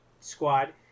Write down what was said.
Squad